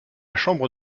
chambre